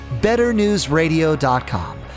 betternewsradio.com